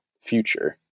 future